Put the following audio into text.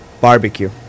Barbecue